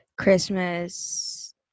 Christmas